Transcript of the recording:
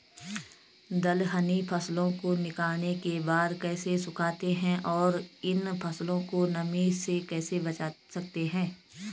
दलहनी फसलों को निकालने के बाद कैसे सुखाते हैं और इन फसलों को नमी से कैसे बचा सकते हैं?